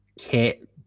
kit